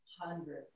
Hundred